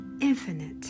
infinite